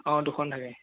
অ' দুখন থাকে